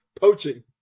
Poaching